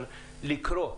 לקרוא,